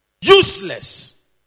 useless